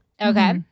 Okay